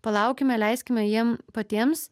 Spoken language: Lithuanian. palaukime leiskime jiem patiems